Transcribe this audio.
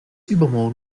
übermorgen